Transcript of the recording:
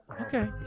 Okay